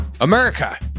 America